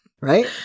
Right